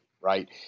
right